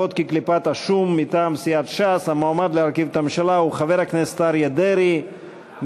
גם הצעת סיעות רע"ם-תע"ל-מד"ע, חד"ש ובל"ד לא